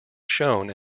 shown